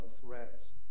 threats